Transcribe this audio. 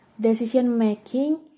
Decision-making